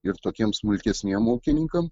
ir tokiem smulkesniem ūkininkam